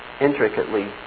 intricately